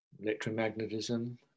electromagnetism